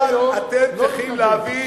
לא נתרגז.